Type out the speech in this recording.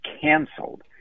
canceled